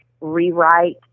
rewrite